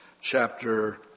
chapter